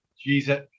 jesus